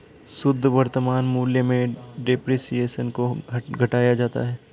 शुद्ध वर्तमान मूल्य में डेप्रिसिएशन को घटाया जाता है